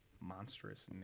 monstrous